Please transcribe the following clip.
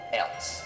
else